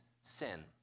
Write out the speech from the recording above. sin